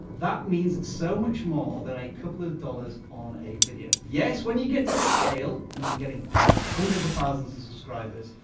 that means so much more than a couple of dollars on a video. yes, when you get to scale, and you're getting hundreds of thousands of subscribers,